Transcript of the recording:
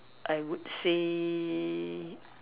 I would say